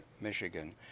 Michigan